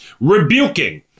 Rebuking